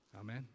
Amen